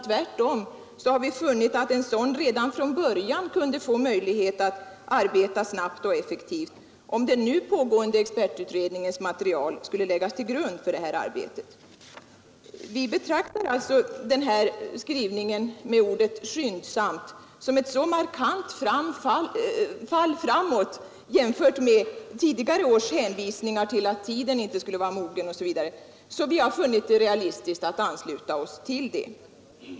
Tvärtom har vi funnit att en sådan redan från början kunde få möjlighet att arbeta snabbt och effektivt om den nu pågående expertutredningens material lades till grund för arbetet. Vi betraktar alltså den här skrivningen med ordet ”skyndsamt” såsom ett markant fall framåt jämfört med tidigare års hänvisningar till att tiden inte skulle vara mogen, och vi har därför funnit det realistiskt att ansluta oss till den.